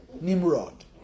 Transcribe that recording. Nimrod